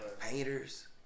painters